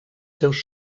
seus